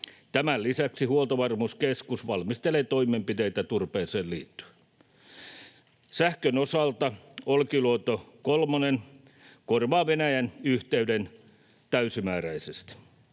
Tämän lisäksi Huoltovarmuuskeskus valmistelee toimenpiteitä turpeeseen liittyen. Sähkön osalta Olkiluoto kolmonen korvaa Venäjän yhteyden täysimääräisesti.